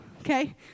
okay